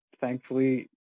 Thankfully